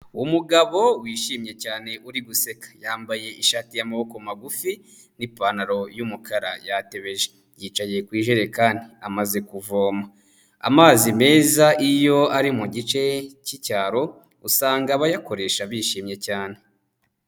Umugabo wishimye cyane uri guseka, yambaye ishati y'amaboko magufi n'ipantaro y'umukara yatebeje, yicaye ku ijerekani amaze kuvoma, amazi meza iyo ari mu gice cy'icyaro usanga bayakoresha bishimye cyane.